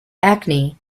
acne